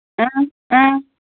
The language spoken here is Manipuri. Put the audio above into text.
ꯑ ꯑ